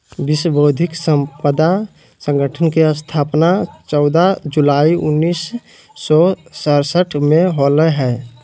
विश्व बौद्धिक संपदा संगठन के स्थापना चौदह जुलाई उननिस सो सरसठ में होलय हइ